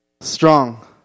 strong